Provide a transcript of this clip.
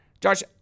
Josh